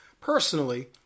personally